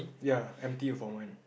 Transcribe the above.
ya empty err for mine